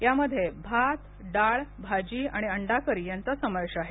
यामध्ये भात डाळभाजी आणि अंडाकरी यांचा समावेश आहे